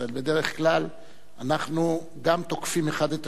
בדרך כלל אנחנו גם תוקפים האחד את השני